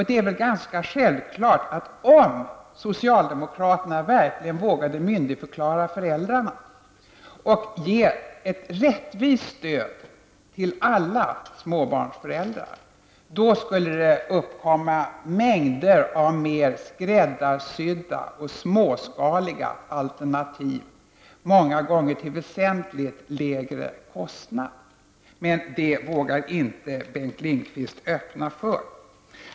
Det är väl ganska självklart, att om socialdemokraterna vågade myndigförklara föräldrarna, och ge ett rättvist stöd till alla småbarnsföräldrar, skulle det uppkomma mängder av mer skräddarsydda småskaliga alternativ, många gånger till väsentligt lägre kostnad. Men det vågar inte Bengt Lindqvist öppna för.